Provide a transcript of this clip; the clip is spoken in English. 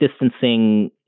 distancing